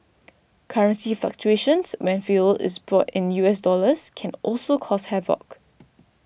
currency fluctuations when fuel is bought in U S dollars can also cause havoc